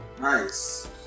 Nice